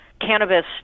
cannabis